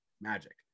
magic